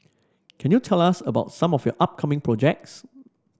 can you tell us about some of your upcoming projects